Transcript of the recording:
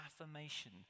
affirmation